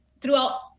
throughout